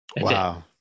Wow